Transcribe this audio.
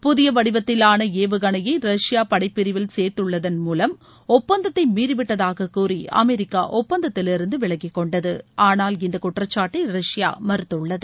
புதிய வடிவத்திவான ஏவுகணையை ரஷ்யா படைப்பிரிவில் சேர்த்துள்ளதன் மூலம் ஒப்பந்தத்தை மீறிவிட்டதாகக் கூறி அமெரிக்கா ஒப்பந்தத்திலிருந்து விலகிக்கொண்டது ஆனால் இந்தக் குற்றக்காட்டை ரஷ்பா மறுத்துள்ளது